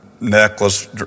necklace